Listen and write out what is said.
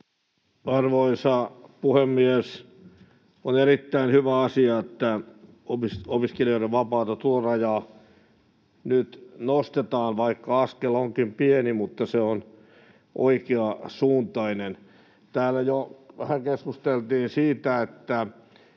Arvoisa puhemies! On erittäin hyvä asia, että opiskelijoiden vapaata tulorajaa nyt nostetaan. Vaikka askel onkin pieni, niin se on oikean suuntainen. Täällä jo vähän keskusteltiin siitä,